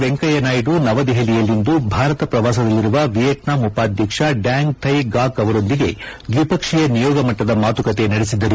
ವೆಂಕಯ್ನನಾಯ್ಲು ನವದೆಹಲಿಯಲ್ಲಿಂದು ಭಾರತ ಪ್ರವಾಸದಲ್ಲಿರುವ ವಿಯೆಟ್ನಾಂ ಉಪಾಧಕ್ಷ ಡ್ಲಾಂಗ್ ಥೈ ಗಾಕ್ ಅವರೊಂದಿಗೆ ದ್ವಿಪಕ್ಷೀಯ ನಿಯೋಗ ಮಟ್ಲದ ಮಾತುಕತೆ ನಡೆಸಿದರು